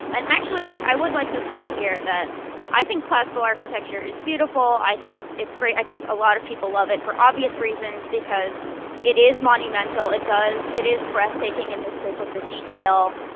and actually, i would like to say here that i think classical architecture is beautiful. i think it's great. i think a lot of people love it for obvious reasons because it is monumental. it does it is breathtaking in the scope of the detail,